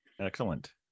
Excellent